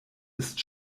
ist